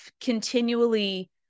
continually